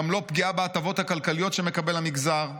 גם לא פגיעה בהטבות הכלכליות שמקבל המגזר.